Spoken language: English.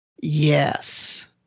Yes